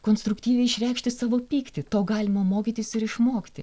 konstruktyviai išreikšti savo pyktį to galima mokytis ir išmokti